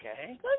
Okay